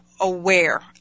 aware